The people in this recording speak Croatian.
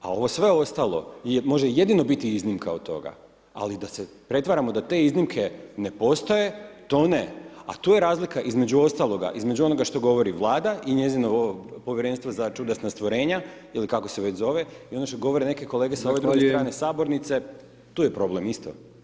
A ovo sve ostalo može jedino biti iznimka od toga, ali da se pretvaramo da te iznimke ne postoje, to ne, a tu je razlika između ostaloga između onoga što govori Vlada i njezino povjerenstvo za čudesna stvorenja ili kako se već zove i ono što govore neke kolege [[Upadica: Zahvaljujem.]] s ove druge strane sabornice tu je problem isto.